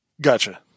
Gotcha